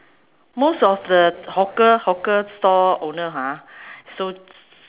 most of the hawker hawker store owner ha so